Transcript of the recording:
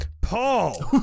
Paul